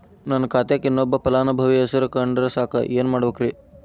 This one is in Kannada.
ನನ್ನ ಖಾತೆಕ್ ಇನ್ನೊಬ್ಬ ಫಲಾನುಭವಿ ಹೆಸರು ಕುಂಡರಸಾಕ ಏನ್ ಮಾಡ್ಬೇಕ್ರಿ?